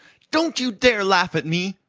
don't you dare laugh at me!